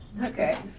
okay.